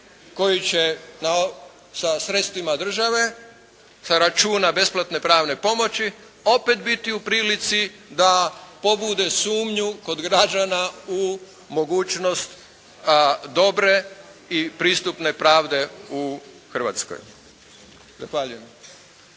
koji će sa sredstvima države, sa računa besplatne pravne pomoći opet biti u prilici da pobude sumnju kod građana u mogućnost dobre i pristupne pravde u Hrvatskoj.